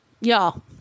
y'all